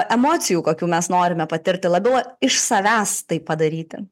emocijų kokių mes norime patirti labiau iš savęs tai padaryti